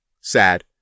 sad